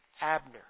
Abner